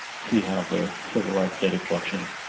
see how the civil rights data collection